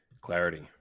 Clarity